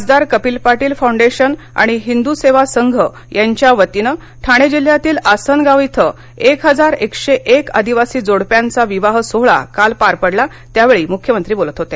खासदार कर्पील पाटील फाऊंडेशन आणि हिंदू सेवा संघ यांच्या वतीनं ठाणे जिल्ह्यातील आसनगाव इथं एक हजार एकशे एक आदिवासी जोडप्यांचा विवाह सोहळा काल पार पडला त्यावेळी मुख्यमंत्री बोलत होते